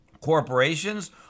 Corporations